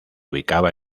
ubicaba